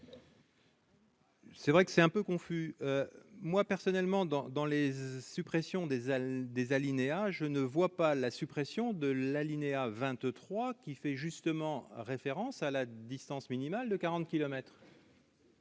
C'est vrai que c'est un peu confus, moi personnellement dans dans les suppressions des Halles des alinéas, je ne vois pas la suppression de l'alinéa 23 qui fait justement référence à la distance minimale de 40